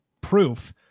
proof